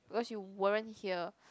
well she weren't here